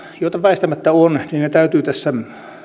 joita väistämättä on täytyy tässä